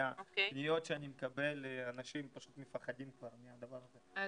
מהפניות שאני מקבל אנשים פשוט מפחדים כבר מהדבר הזה,